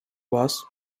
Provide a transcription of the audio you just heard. was